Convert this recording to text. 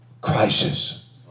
crisis